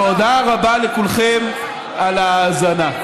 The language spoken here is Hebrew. תודה רבה לכולכם על ההאזנה.